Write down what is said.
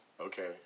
Okay